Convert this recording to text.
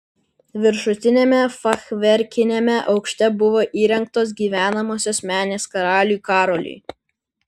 viršutiniame fachverkiniame aukšte buvo įrengtos gyvenamosios menės karaliui karoliui